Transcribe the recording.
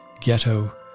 ghetto